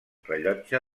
rellotge